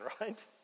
right